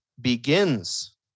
begins